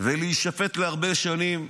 ולהישפט להרבה שנים.